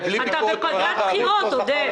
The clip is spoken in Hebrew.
אתה בפגרת בחירות, עודד.